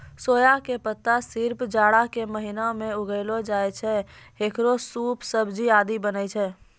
सोया के पत्ता सिर्फ जाड़ा के महीना मॅ उगैलो जाय छै, हेकरो सूप, सब्जी आदि बनै छै